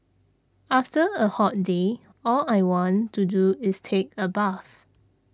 after a hot day all I want to do is take a bath